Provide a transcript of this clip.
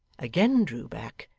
again drew back,